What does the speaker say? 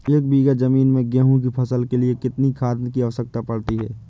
एक बीघा ज़मीन में गेहूँ की फसल के लिए कितनी खाद की आवश्यकता पड़ती है?